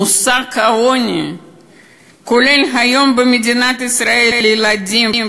מושג העוני היום במדינת ישראל כולל ילדים,